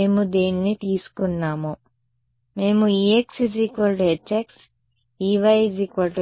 మేము దీనిని తీసుకున్నాము మేము ex hx ey hy ez hz variables